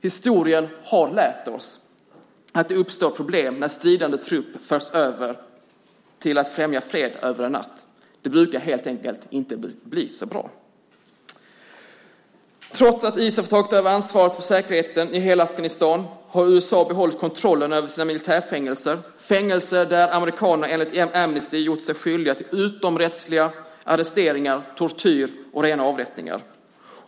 Historien har lärt oss att det uppstår problem när stridande trupp förs över till att främja fred över en natt. Det brukar helt enkelt inte bli så bra. Trots att ISAF har tagit över ansvaret för säkerheten i hela Afghanistan har USA behållit kontrollen över sina militärfängelser, fängelser där amerikanerna enligt Amnesty gjort sig skyldiga till utomrättsliga arresteringar, tortyr och rena avrättningar.